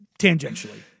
tangentially